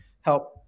help